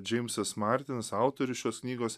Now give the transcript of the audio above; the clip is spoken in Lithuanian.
džeimsas martinas autorius šios knygos